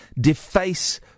deface